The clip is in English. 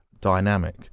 dynamic